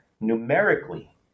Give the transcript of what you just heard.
numerically